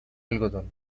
algodón